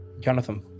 Jonathan